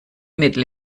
mittel